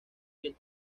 que